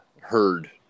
heard